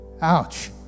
Ouch